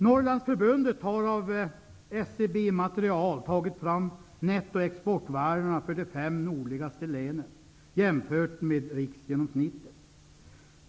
Norrlandsförbundet har av SCB-material tagit fram nettoexportvärdena för de fem nordligaste länen och jämfört dem med riksgenomsnittet.